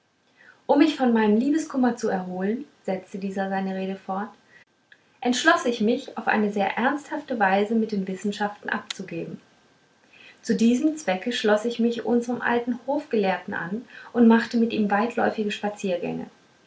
um mich von meinem liebeskummer zu erholen setzte dieser seine rede fort entschloß ich mich auf eine sehr ernsthafte weise mit den wissenschaften abzugeben zu diesem zwecke schloß ich mich unserm alten hofgelehrten an und machte mit ihm weitläufige spaziergänge